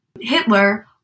Hitler